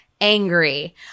angry